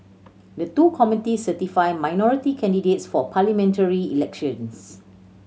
the two committees certify minority candidates for parliamentary elections